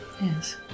Yes